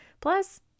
Plus